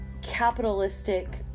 capitalistic